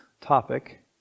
topic